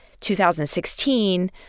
2016